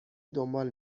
دنبال